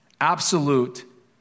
Absolute